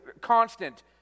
constant